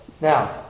Now